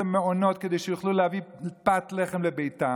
למעונות כדי שיוכלו להביא פת לחם לביתן,